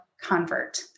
convert